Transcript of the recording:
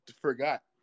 forgot